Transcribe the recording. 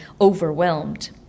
overwhelmed